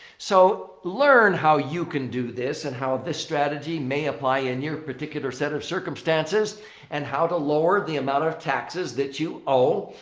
so, learn how you can do this and how this strategy may apply in your particular set of circumstances and how to lower the amount of taxes that you owe.